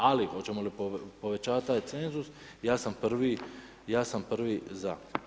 Ali hoćemo li povećavati taj cenzus, ja sam prvi, ja sam prvi za.